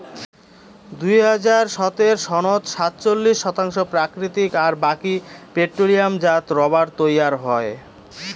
দুই হাজার সতের সনত সাতচল্লিশ শতাংশ প্রাকৃতিক আর বাকি পেট্রোলিয়ামজাত রবার তৈয়ার হয়